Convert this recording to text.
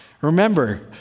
Remember